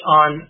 on